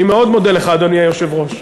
אני מאוד מודה לך, אדוני היושב-ראש.